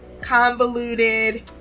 convoluted